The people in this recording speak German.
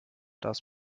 das